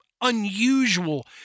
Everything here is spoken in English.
unusual